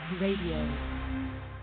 Radio